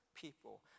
People